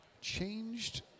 Changed